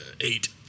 Eight